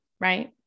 right